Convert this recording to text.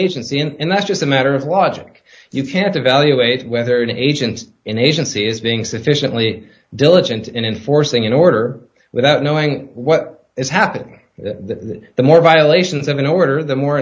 agency and that's just a matter of logic you can't evaluate whether an agent in agency is being sufficiently diligent in enforcing an order without knowing what is happening that the more violations of an order the more